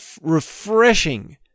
refreshing